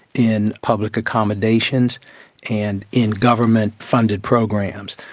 in public accommodations and in government funded programs.